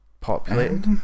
populated